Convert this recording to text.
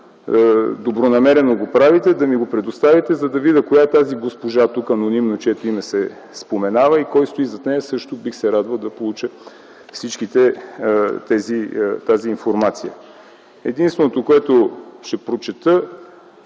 добронамерено го правите, да ми го предоставите, за да видя коя е тази госпожа тук, чието име тук се споменава анонимно, и кой стои зад нея. Също бих се радвал да получа цялата тази информация. Единственото, което ще прочета